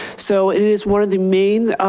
so it is one of the main